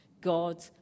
God